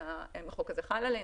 החוק הזה חל עלינו,